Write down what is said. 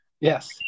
Yes